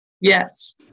Yes